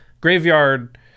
graveyard